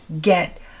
Get